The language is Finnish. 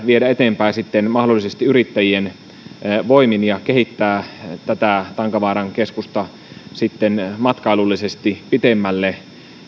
viedä eteenpäin mahdollisesti yrittäjien voimin ja kehittää tätä tankavaaran keskusta matkailullisesti pitemmälle